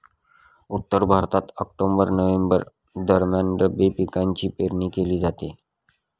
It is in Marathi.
उत्तर भारतात ऑक्टोबर नोव्हेंबर दरम्यान रब्बी पिकांची पेरणी केली जाते